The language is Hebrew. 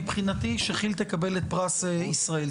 מבחינתי שכי"ל תקבל את פרס ישראל.